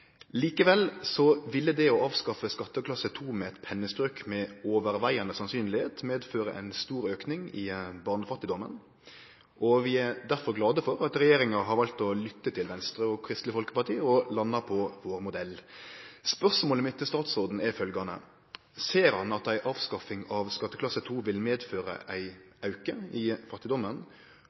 Likevel vil det å avskaffe skatteklasse 2 med eit pennestrøk mest sannsynleg medføre ein stor auke i barnefattigdomen. Vi er derfor glade for at regjeringa har valt å lytte til Venstre og Kristeleg Folkeparti og har landa på vår modell. Spørsmålet mitt til statsråden er følgjande: Ser han at ei avskaffing av skatteklasse 2 vil medføre ein auke i fattigdomen?